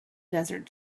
desert